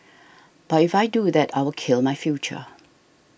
but if I do that I will kill my future